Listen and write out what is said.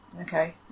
okay